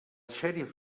xèrif